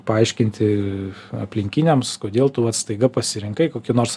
paaiškinti aplinkiniams kodėl tu vat staiga pasirinkai kokį nors